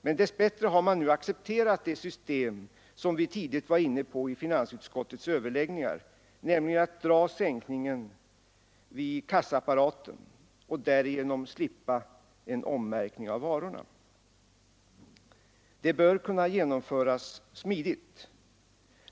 Men dess bättre har man nu accepterat det system som vi tidigt var inne på i finansutskottets överläggningar, nämligen att dra sänkningen vid kassaapparaten och därigenom slippa en ommärkning av varorna. Det bör kunna genomföras smidigt.